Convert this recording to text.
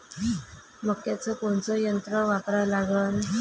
मक्याचं कोनचं यंत्र वापरा लागन?